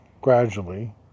gradually